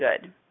good